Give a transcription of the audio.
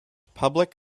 public